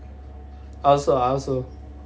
I also I also